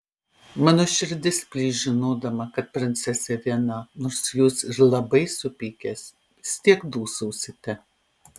mano širdis plyš žinodama kad princesė viena nors jūs ir labai supykęs vis tiek dūsausite